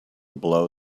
blow